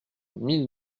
mille